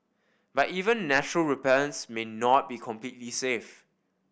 but even natural repellents may not be completely safe